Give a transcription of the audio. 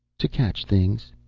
to catch things.